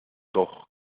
doch